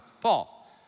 Paul